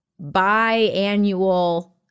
biannual